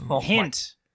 Hint